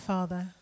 Father